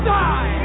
die